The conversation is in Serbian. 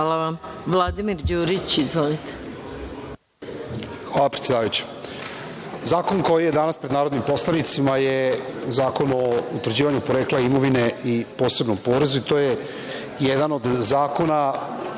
Izvolite. **Vladimir Đurić** Hvala, predsedavajuća. Zakon koji je danas pred narodnim poslanicima je Zakon o utvrđivanju porekla imovine i posebnom porezu i to je jedan od zakona